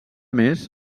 més